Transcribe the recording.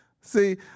See